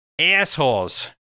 Assholes